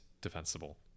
defensible